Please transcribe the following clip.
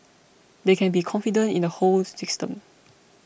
they can be confident in the whole system